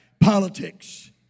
politics